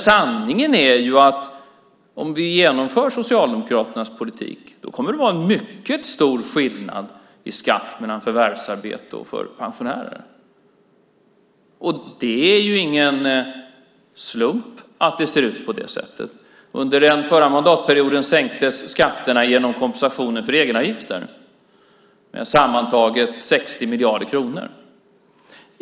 Sanningen är att om vi genomför Socialdemokraternas politik kommer det att vara mycket stor skillnad i skatt mellan förvärvsarbetande och pensionärer. Det är ingen slump att det ser ut på det sättet. Under den förra mandatperioden sänktes skatterna genom kompensation för egenavgifter med sammantaget 60 miljarder kronor.